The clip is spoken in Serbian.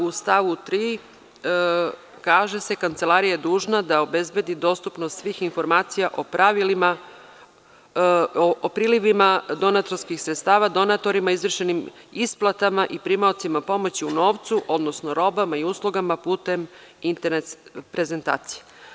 U stavu tri kaže – kancelarija je dužna da obezbedi dostupnost svih informacija o prilivima donatorskih sredstava, donatorima, izvršenim isplatama i primaocima pomoći u novcu, odnosno robama i uslugama putem internet prezentacije.